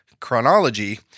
Chronology